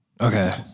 Okay